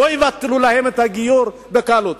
שלא יבטלו להם את הגיור בקלות.